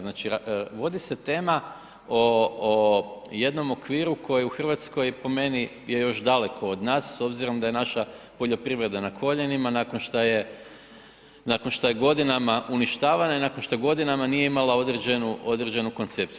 Znači, vodi se tema o jednom okviru koji u RH je po meni je još daleko od nas s obzirom da je naša poljoprivreda na koljenima nakon šta je godinama uništavana i nakon šta godinama nije imala određenu koncepciju.